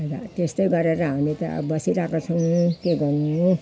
त्यस्तै गरेर हामी त बसिरहेको छौँ के गर्नु